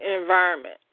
environment